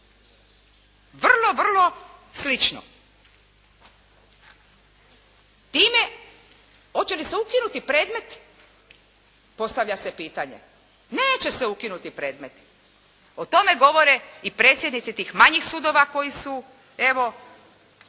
Vrlo, vrlo slično. Time hoće li se ukinuti predmeti, postavlja se pitanje? Neće se ukinuti predmeti. O tome govore i predsjednici tih manjih sudova koji su evo,